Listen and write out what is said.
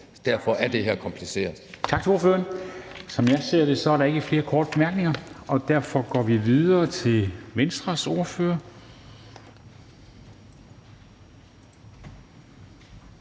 at gøre det mere kompliceret.